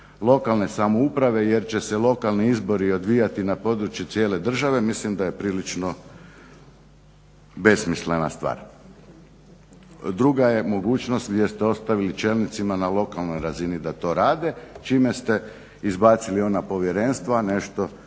lokalne samouprave jer će se lokalni izbori odvijati na području cijene države mislim da je prilično besmislena stvar. Druga je mogućnost gdje ste ostavili čelnicima na lokalnoj razini da to rade čime ste izbacili ona povjerenstva. Nešto